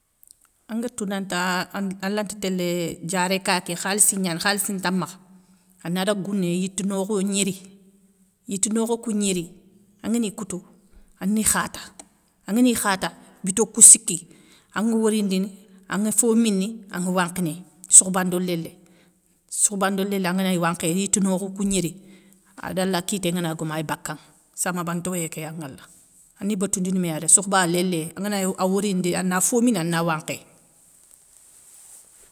Angari tou nanti an alanti télé diaré ka ké khalissi gnani khalissi nta makha, ana daga gouné yite nokho gnéri, yite nokho kou gnéri angani koutou, ani khata angani khata. bito kou siki anŋa worindini, anŋa fo mini, anŋa wankhinéy. Sokhoba ndo lélé, sokhoba ndo lélé anganagni wankhéy yitou nokhou kou gnéri. adala kité ngana gomou ay bakkanŋ. Samaba ntowoyé kéya nŋwala, ani botoundini méyé rek, sokhoba, élé, angana worindi ana fo mini, ana wankhéy.